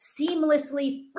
seamlessly